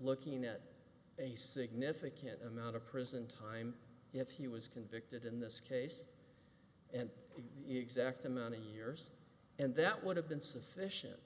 looking at a significant amount of prison time if he was convicted in this case and exact amount of years and that would have been sufficient